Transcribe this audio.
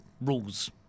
Rules